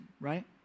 right